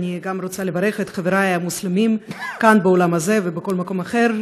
גם אני רוצה לברך את חברי המוסלמים כאן באולם הזה ובכל מקום אחר.